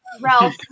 Ralph